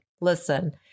listen